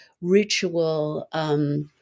ritual